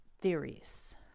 theories